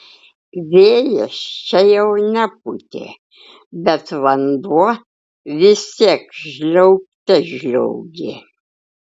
vėjas čia jau nepūtė bet vanduo vis tiek žliaugte žliaugė